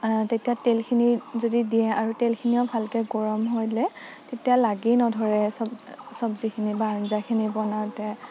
তেতিয়া তেলখিনি যদি দিয়ে আৰু তেলখিনিও ভালকে গৰম হ'লে তেতিয়া লাগি নধৰে চব্জিখিনি বা আঞ্জাখিনি বনাওতে